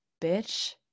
bitch